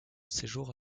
séjour